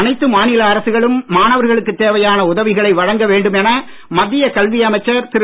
அனைத்து மாநில அரசுகளும் மாணவர்களுக்குத் தேவையான உதவிகளை வழங்க வேண்டும் என மத்திய கல்வி அமைச்சர் திரு